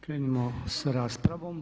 Krenimo sa raspravom.